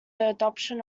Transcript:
adoption